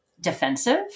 defensive